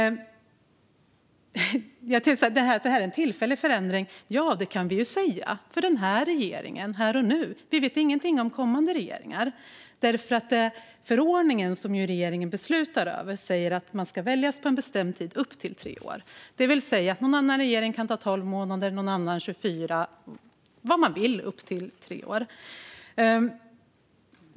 Att det här är en tillfällig förändring kan vi ju säga, för den här regeringen, här och nu. Vi vet ingenting om kommande regeringar. Förordningen som regeringen beslutar över säger att man ska väljas på en bestämd tid upp till 3 år. Det vill säga, en annan regering kan ta 12 månader, någon annan 24 - vad man vill upp till 3 år.